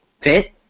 fit